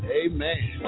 amen